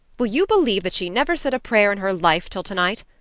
will you believe that she never said a prayer in her life till tonight?